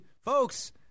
folks